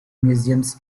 museums